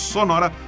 Sonora